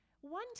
One